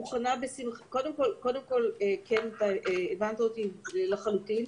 הבנת אותי לחלוטין.